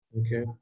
Okay